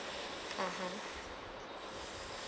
(uh huh)